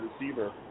receiver